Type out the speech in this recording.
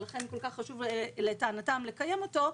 ולכן כל כך חשוב לטענתם לקיים אותו,